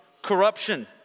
Corruption